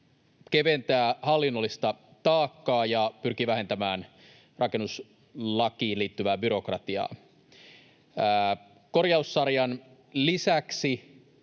keventää hallinnollista taakkaa ja pyrkii vähentämään rakennuslakiin liittyvää byrokratiaa. Korjaussarjan lisäksi